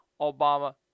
Obama